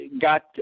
got